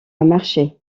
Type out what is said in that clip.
marcher